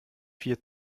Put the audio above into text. vier